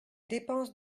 dépenses